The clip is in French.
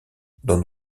dans